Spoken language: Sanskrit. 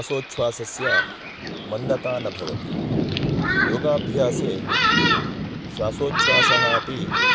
श्वासोछ्वासस्य मन्दता न भवति योगाभ्यासे श्वासोछ्वासः अपि